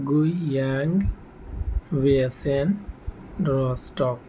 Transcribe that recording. Guiyang ویاسین Rostock